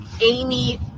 Amy